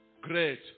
great